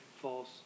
false